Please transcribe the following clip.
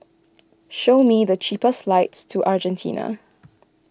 show me the cheapest flights to Argentina